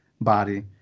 body